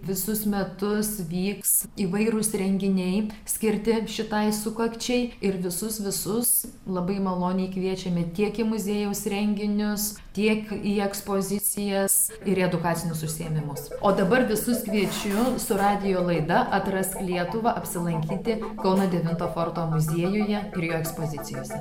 visus metus vyks įvairūs renginiai skirti šitai sukakčiai ir visus visus labai maloniai kviečiame tiek į muziejaus renginius tiek į ekspozicijas ir edukacinius užsiėmimus o dabar visus kviečiu su radijo laida atrask lietuvą apsilankyti kauno devinto forto muziejuje ir jo ekspozicijose